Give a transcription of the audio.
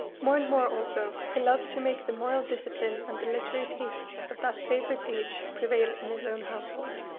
more and more also he loved to make the moral discipline and the literary tastes of that favourite age prevail in his own household.